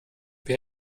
wir